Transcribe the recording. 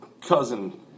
cousin